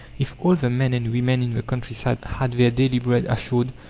if all the men and women in the countryside had their daily bread assured,